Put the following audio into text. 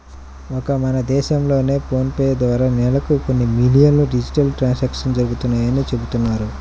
ఒక్క మన దేశంలోనే ఫోన్ పే ద్వారా నెలకు కొన్ని మిలియన్ల డిజిటల్ ట్రాన్సాక్షన్స్ జరుగుతున్నాయని చెబుతున్నారు